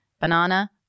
banana